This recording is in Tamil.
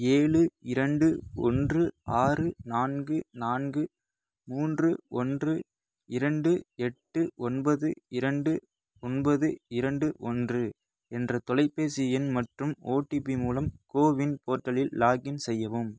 ஏழு இரண்டு ஒன்று ஆறு நான்கு நான்கு மூன்று ஒன்று இரண்டு எட்டு ஒன்பது இரண்டு ஒன்பது இரண்டு ஒன்று என்ற தொலைபேசி எண் மற்றும் ஓடிபி மூலம் கோவின் போர்ட்டலில் லாக்இன் செய்யவும்